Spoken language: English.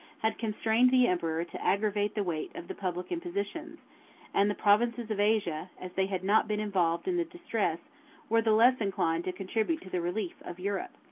had constrained the emperor to aggravate the weight of the public impositions and the provinces of asia, as they had not been involved in the distress were the less inclined to contribute to the relief, of europe.